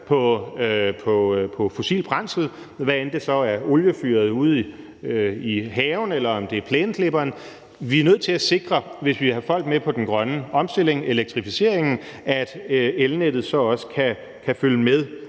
på fossilt brændsel, hvad end det så er oliefyret eller plæneklipperen ude i haven. Vi er nødt til at sikre, hvis vi vil have folk med på den grønne omstilling, elektrificeringen, at elnettet så også kan følge med